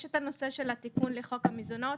יש את הנושא של התיקון לחוק המזונות,